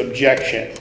objection